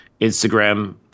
Instagram